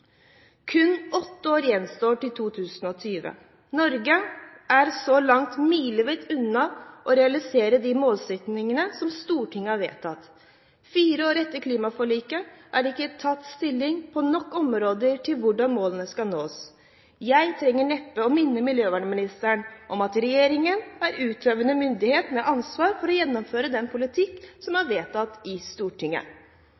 Kun åtte år gjenstår til 2020. Norge er så langt milevidt unna å realisere de målsettingene som Stortinget har vedtatt. Fire år etter klimaforliket er det ikke tatt stilling på nok områder til hvordan målene skal nås. Jeg trenger neppe å minne miljøvernministeren om at regjeringen er utøvende myndighet med ansvar for å gjennomføre den politikken som